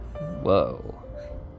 Whoa